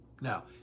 Now